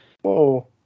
Whoa